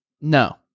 No